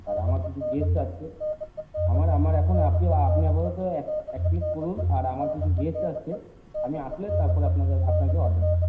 আর আমার কিছু গেস্ট আসছে আমার আমার এখন আপনি আপনি আপাতত এক এক প্লেট করুন আর আমার কিছু গেস্ট আসছে আমি আসলে তারপরে আপনাদের আপনাকে অর্ডার